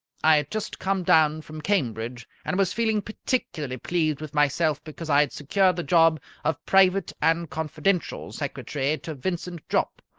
i had just come down from cambridge, and was feeling particularly pleased with myself because i had secured the job of private and confidential secretary to vincent jopp,